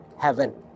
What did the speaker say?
heaven